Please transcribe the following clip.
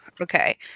Okay